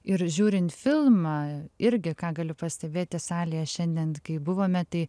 ir žiūrint filmą irgi ką galiu pastebėti salėje šiandien kai buvome tai